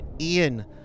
Ian